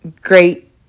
great